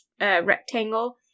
rectangle